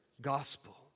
gospel